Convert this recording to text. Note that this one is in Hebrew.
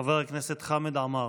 חבר הכנסת חמד עמאר.